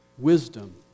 Wisdom